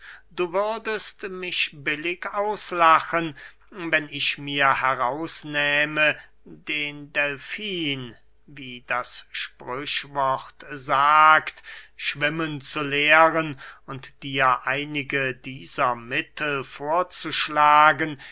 du würdest mich billig auslachen wenn ich mir heraus nähme den delfin wie das sprüchwort sagt schwimmen zu lehren und dir einige dieser mittel vorzuschlagen